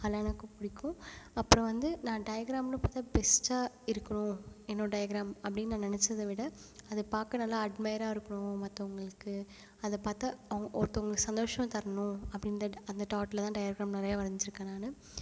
அதுலாம் எனக்கு பிடிக்கும் அப்புறம் வந்து நான் டயக்ராம்னு பார்த்தா பெஸ்ட்டாக இருக்கணும் என்னோட டயாக்ராம் அப்படின்னு நான் நெனச்சதை விட அதை பார்க்க நல்லா அட்மையராக இருக்கணும் மற்றவங்களுக்கு அதை பார்த்தா அவு ஒருத்தவங்களுக்கு சந்தோஷம் தரணும் அப்படின்ற அந்த தாட்டில தான் டயக்ராம் நிறைய வரஞ்சிருக்கேன் நான்